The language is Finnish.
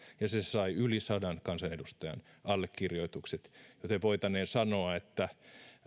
ja se sai yli sadan kansanedustajan allekirjoitukset joten voitaneen sanoa että